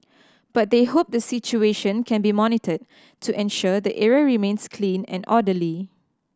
but they hope the situation can be monitored to ensure the area remains clean and orderly